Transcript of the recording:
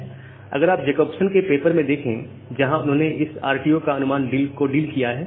अगर आप जैकोब्सन के पेपर में देखें जहां उन्होंने इस RTO अनुमान को डील किया है